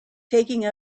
taking